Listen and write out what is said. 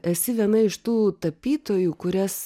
esi viena iš tų tapytojų kurias